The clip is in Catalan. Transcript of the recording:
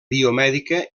biomèdica